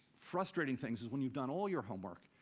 frustrating things is when you've done all your homework,